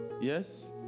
Yes